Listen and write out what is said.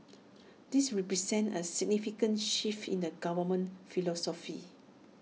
this represents A significant shift in the government's philosophy